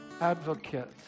advocate